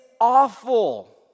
awful